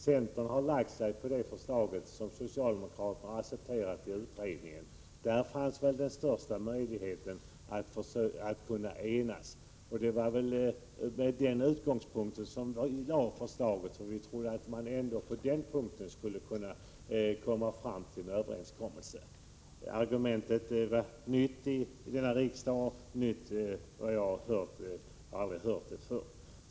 Centern har anslutit sig till det förslag som socialdemokraterna accepterat i utredningen. Där fanns väl den största möjligheten att enas, och det var från den utgångspunkten vi lade fram förslaget. Vi trodde att det skulle vara möjligt att ändå på den punkten komma fram till en överenskommelse. Torsten Karlssons argument är nytt här i riksdagen — jag har aldrig hört det förr.